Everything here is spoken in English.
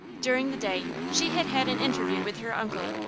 during the day she had had an interview with her uncle,